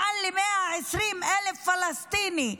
מעל 120,000 פלסטינים,